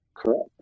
Correct